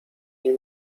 nie